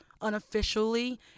unofficially